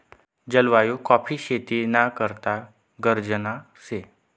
जलवायु काॅफी शेती ना करता गरजना शे